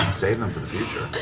save them for the future.